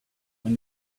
when